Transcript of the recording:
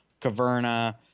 Caverna